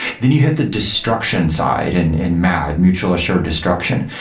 then you hit the destruction side and in mad, mutual assured destruction.